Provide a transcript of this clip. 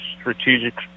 strategic